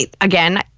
Again